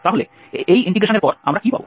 তাহলে এই ইন্টিগ্রেশনের পর আমরা কী পাব